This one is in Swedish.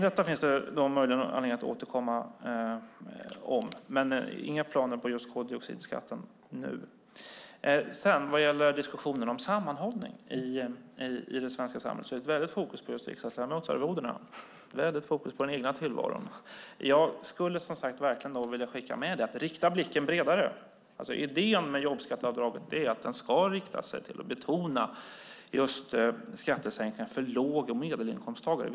Detta finns det möjligen anledning att återkomma till, men det finns nu inga planer för just koldioxidskatten. Vad gäller diskussionen om sammanhållning i det svenska samhället är det väldigt fokus på riksdagsledamotsarvodena och den egna tillvaron. Jag skulle verkligen vilja skicka med att man ska rikta blicken bredare. Idén med jobbskatteavdraget är att det ska rikta sig till och betona skattesänkningar för låg och medelinkomsttagare.